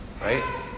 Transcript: right